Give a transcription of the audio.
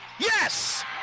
Yes